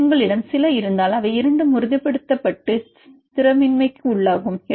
உங்களிடம் சில இருந்தால் அவை இரண்டும் உறுதிப்படுத்தப்பட்டு ஸ்திரமின்மைக்குள்ளாகும்